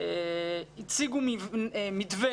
הציגו מתווה